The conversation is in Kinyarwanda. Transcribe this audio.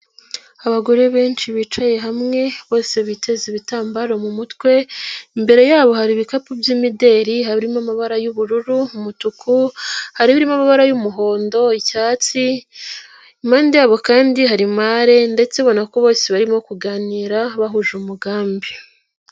Abagore benshi bicaye hamwe bose biteza ibitambaro mu mutwe imbere yabo hari ibikapu by'imideli hari bimo amabara y'ubururu, umutuku, haribimo amabara y'umuhondo, icyatsi, impande yabo kandi hari mare ndetse ubona ko bose barimo kuganira bahuje umugambi.